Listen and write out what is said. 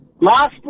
last